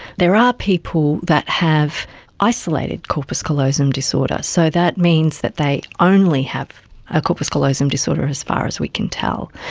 there are people that have isolated corpus callosum disorder. so that means that they only have a corpus callosum disorder as far as we can tell.